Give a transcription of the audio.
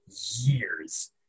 years